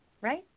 Right